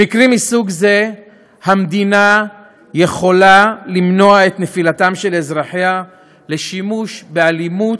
במקרים מסוג זה המדינה יכולה למנוע את נפילתם של אזרחיה לשימוש באלימות,